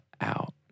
out